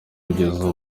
kugeza